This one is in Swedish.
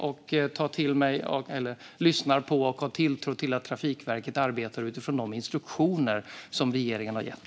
Jag lyssnar på Trafikverket och har tilltro till att de också arbetar utifrån de instruktioner som regeringen har gett.